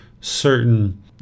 certain